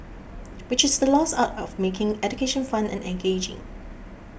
which is the lost art of making education fun and engaging